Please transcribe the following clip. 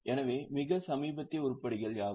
எனவே மிக சமீபத்திய உருப்படிகள் யாவை